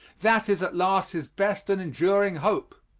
that is at last his best and enduring hope.